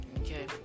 okay